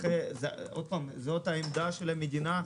זאת העמדה של המדינה.